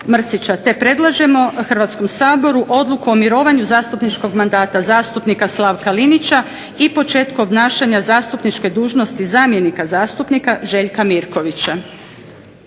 te predlažemo Hrvatskom saboru Odluku o mirovanju zastupničkog mandata zastupnika Slavka Linića i početku obnašanja zastupničke dužnosti zamjenika zastupnika Željka Mirkovića.